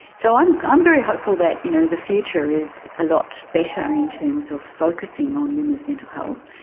so i'm i'm very hopeful that you know the future is a lot better in terms of focusing on women's mental health.